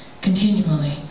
continually